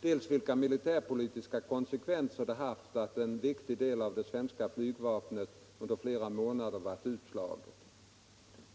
dels vilka militärpolitiska konsekvenser det haft att en viktig del av det svenska flygvapnet under flera månader varit utslagen.